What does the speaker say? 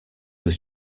was